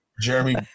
Jeremy